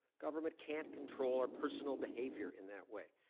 government can't control our personal behavior in that way.